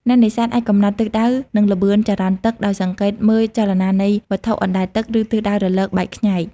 អ្នកនេសាទអាចកំណត់ទិសដៅ និងល្បឿនចរន្តទឹកដោយសង្កេតមើលចលនានៃវត្ថុអណ្តែតទឹក ឬទិសដៅរលកបែកខ្ញែក។